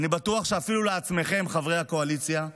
ואני בטוח שאפילו לעצמכם, חברי הקואליציה,